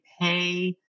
pay